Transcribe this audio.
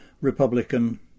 Republican